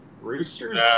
Roosters